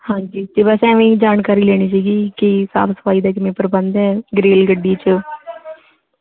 ਹਾਂਜੀ ਜੀ ਬਸ ਐਵੇਂ ਹੀ ਜਾਣਕਾਰੀ ਲੈਣੀ ਸੀ ਕਿ ਸਾਫ਼ ਸਫ਼ਾਈ ਦਾ ਕਿਵੇਂ ਪ੍ਰਬੰਧ ਹੈ ਰੇਲਗੱਡੀ 'ਚ